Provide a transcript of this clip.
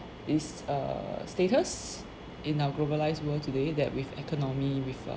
is err status in our globalised world today that with economy with err